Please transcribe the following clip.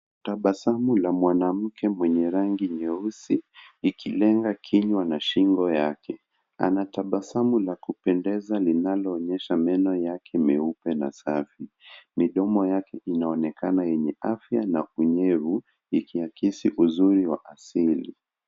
Tabasamu la mwanamke mwenye rangi nyeusi likinenga kinyua na shingo yake anatabasamu la kupendeza linaloonyesha meno yake meupe na safi midomo yake inaonekana yenye afya na unyevu likiakisi uzuri wa asili.